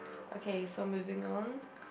okay so moving on